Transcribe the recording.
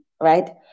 Right